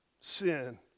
sin